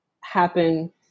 happen